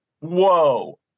whoa